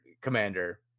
commander